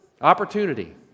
Opportunity